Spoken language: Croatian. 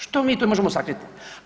Što mi to možemo sakriti?